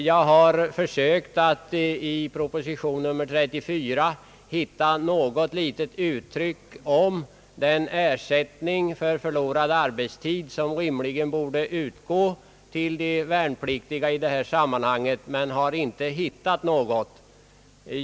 Jag har försökt att i proposition nr 34 hitta något litet uttalande om den ersättning för förlorad arbetstid som rimligen borde utgå till de värnpliktiga i detta sammanhang, men jag har inte hittat något.